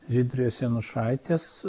žydrės jonušaitės